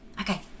okay